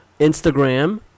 Instagram